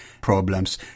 Problems